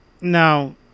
Now